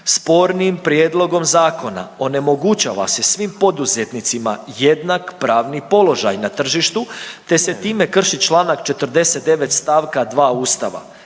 spornim prijedlogom zakona onemogućava se svim poduzetnicima jednak pravni položaj na tržištu te se time krši čl. 49. st. 2. Ustava.